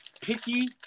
picky